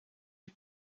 die